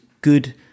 good